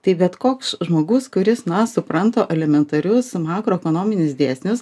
tai bet koks žmogus kuris na supranta alementarius makroekonominius dėsnius